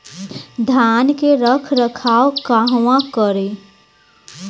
धान के रख रखाव कहवा करी?